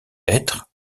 être